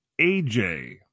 AJ